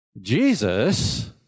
Jesus